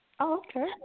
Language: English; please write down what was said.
Okay